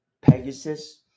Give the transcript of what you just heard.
Pegasus